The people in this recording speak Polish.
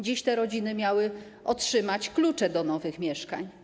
Dziś te rodziny miały otrzymać klucze do nowych mieszkań.